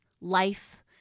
life